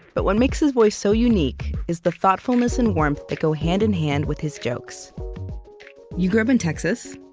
but what makes his voice so unique is the thoughtfulness and warmth that go hand in hand with his jokes you grew up in texas,